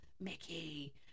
Mickey